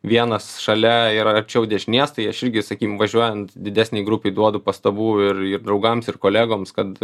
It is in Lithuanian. vienas šalia ir arčiau dešinės tai aš irgi sakykim važiuojant didesnei grupei duodu pastabų ir ir draugams ir kolegoms kad